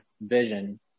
vision